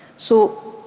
so,